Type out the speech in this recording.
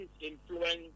influence